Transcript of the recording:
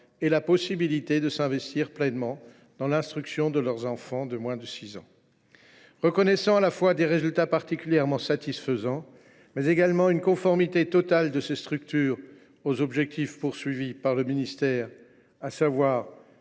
et la possibilité de s’investir pleinement dans l’instruction de leurs enfants de moins de 6 ans. Reconnaissant à la fois des résultats particulièrement satisfaisants, mais également la conformité totale des jardins d’enfants aux objectifs du ministère, à savoir